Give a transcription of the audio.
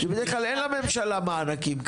בדרך כלל אין לממשלה מענקים כאלה.